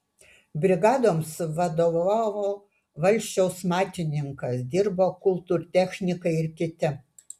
brigadoms vadovavo valsčiaus matininkas dirbo kultūrtechnikai ir kiti